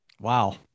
wow